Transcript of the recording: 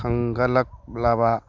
ꯈꯟꯒꯠꯂꯛꯂꯕ